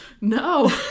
No